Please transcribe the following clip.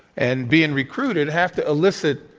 and being recruited, have to elicit,